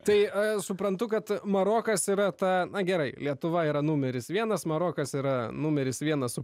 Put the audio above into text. tai aš suprantu kad marokas yra ta na gerai lietuva yra numeris vienas marokas yra numeris vienas su